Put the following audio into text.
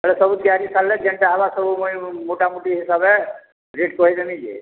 ବେଲେ ସବୁ ତିଆରି ସର୍ଲେ ଯେନ୍ଟା ହେବା ସବୁ ମୋଟାମୋଟି ହିସାବେ ରେଟ୍ କହିଦେମି ଯେ